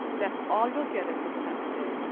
that's all you'll get at this time of day.